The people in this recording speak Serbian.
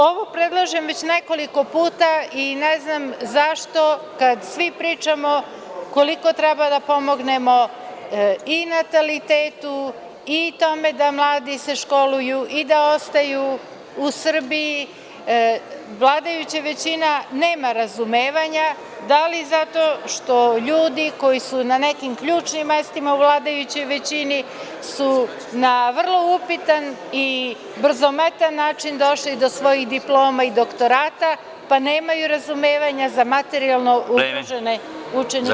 Ovo predlažem već nekoliko puta i ne znam zašto kada svi pričamo koliko treba da pomognemo i natalitetu i tome da mladi se školuju i da ostaju u Srbiji, vladajuća većina nema razumevanja, da li zato što ljudi koji su na neki ključnim mestima u vladajućoj većini su na vrlo upitan i brzometan način došli do svojih diploma i doktorata, pa nemaju razumevanja za materijalno ugrožene učenike.